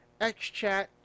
XChat